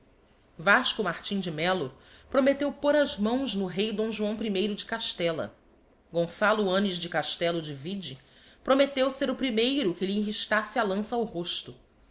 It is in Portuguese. vasco martim de mello prometteu pôr as mãos no rei d joão i de castella gonçalo annes de castello de vide prometteu ser o primeiro que lhe enristasse a lança ao rosto